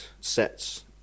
sets